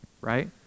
right